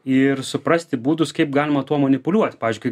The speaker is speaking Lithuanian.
ir suprasti būdus kaip galima tuo manipuliuot pavyzdžiui kai